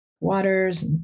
waters